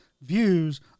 views